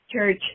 church